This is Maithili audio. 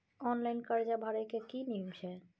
ऑनलाइन कर्जा भरै के की नियम छै?